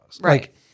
Right